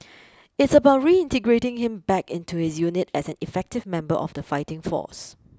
it's about reintegrating him back into his unit as an effective member of the fighting force